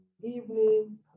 evening